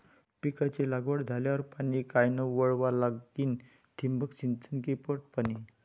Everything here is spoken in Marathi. पिकाची लागवड झाल्यावर पाणी कायनं वळवा लागीन? ठिबक सिंचन की पट पाणी?